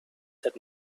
said